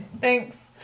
Thanks